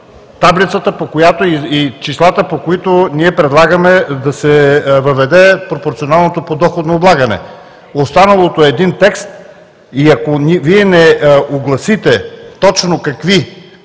таблицата и числата, по които ние предлагаме да се въведе пропорционалното подоходно облагане, останалото е един текст. Ако Вие не огласите точно какви